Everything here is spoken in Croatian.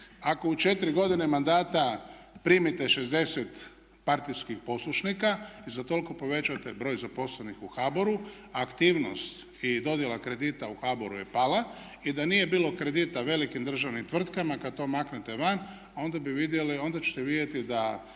ako u 4 godine mandata primite 60 partijskih poslušnika i za toliko povećate broj zaposlenih u HBOR-u, aktivnost i dodjela kredita u HBOR-u je pala i da nije bilo kredita velikim državnim tvrtkama kad to maknete van onda bi vidjeli,